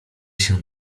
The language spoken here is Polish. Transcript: się